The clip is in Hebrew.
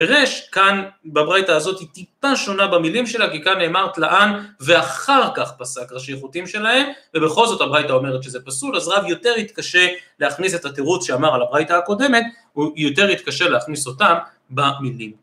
פרש כאן בברייתא הזאת היא טיפה שונה במילים שלה, כי כאן נאמר תלאן ואחר כך פסק רשיחותים שלהם ובכל זאת הברייתא אומרת שזה פסול, אז רב יותר יתקשה להכניס את התירוץ שאמר על הברייתא הקודמת הוא יותר יתקשה להכניס אותה במילים.